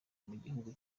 mugihugu